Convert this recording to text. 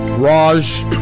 Raj